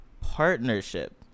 Partnership